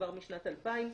כבר משנת 2000,